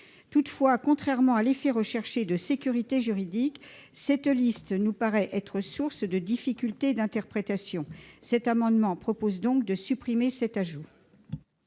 Toutefois, contrairement à l'effet recherché de sécurité juridique, cette liste nous paraît être source de difficultés d'interprétation. Le présent amendement vise donc à supprimer cet ajout.